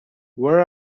where